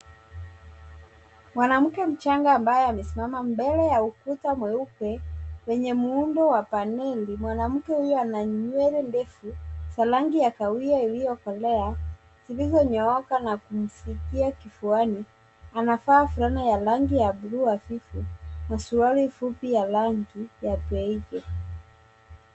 Mwanamke amchanga ambaye amesimama mbele ya ukuta mweupe wenye muundo wa paneli, mwanamke huyo ana nywele ndefu za rangi ya kahawia iliyokolea zilizonyooka na kumfikia kifuani, amevaa fulana ya rangi ya buluu hafifu na suruali fupi ya rangi ya beige.